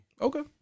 Okay